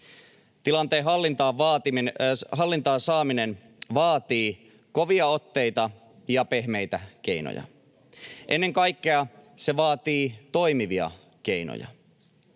Tilanteen hallintaan saaminen vaatii kovia otteita ja pehmeitä keinoja. Ennen kaikkea se vaatii toimivia keinoja.